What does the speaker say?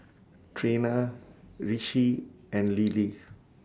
Trina Ricci and Lilie